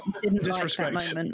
Disrespect